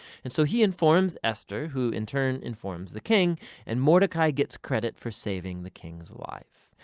and so he informs esther, who in turn informs the king and mordecai gets credit for saving the king's life.